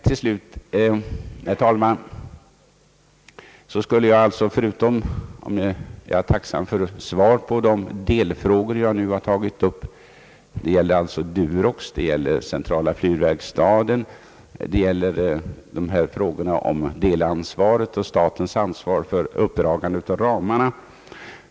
Jag är tacksam för att få svar på de delfrågor jag nu har tagit upp beträffande Durox, centrala flygverkstaden, delansvar och statens ansvar för uppdragande av gränserna.